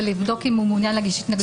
ולבדוק אם הוא מעוניין להגיש התנגדות.